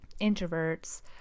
introverts